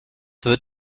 wird